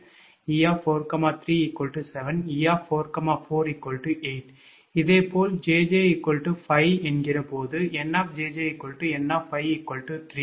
இதேபோல் 𝑗𝑗 5 போது 𝑁 𝑗𝑗 𝑁 3 𝑘 12